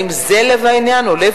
האם זה לב העניין,